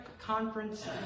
conference